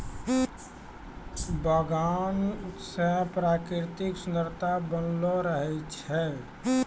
बगान से प्रकृतिक सुन्द्ररता बनलो रहै छै